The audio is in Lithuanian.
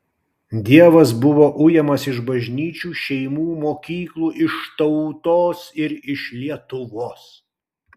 dievas buvo ujamas iš bažnyčių šeimų mokyklų iš tautos ir iš lietuvos